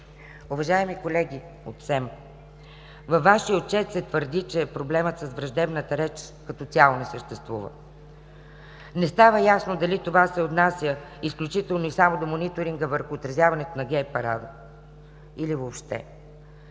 Уважаеми колеги от СЕМ, във Вашия Отчет се твърди, че проблемът с враждебната реч като цяло не съществува. Не става ясно дали това се отнася изключително и само до мониторинга върху отразяването на гей-парада или въобще